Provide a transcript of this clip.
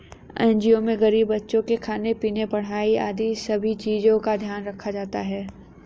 NGO में गरीब बच्चों के खाने पीने, पढ़ाई आदि सभी चीजों का ध्यान रखा जाता है